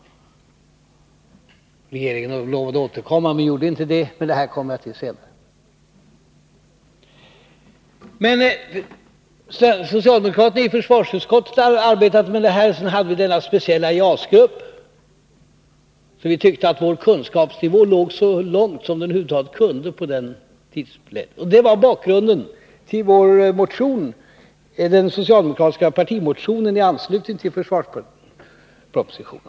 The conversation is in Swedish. Regeringen lovade återkomma men gjorde inte det — det skall jag återkomma till längre fram. Socialdemokraterna i försvarsutskottet hade arbetat med den här frågan, och vi hade denna speciella JAS-grupp, så vi tyckte att vår kunskapsnivå motsvarade vad som över huvud taget var möjligt vid den tiden. Detta var bakgrunden till den socialdemokratiska partimotionen i anslutning till försvarspropositionen.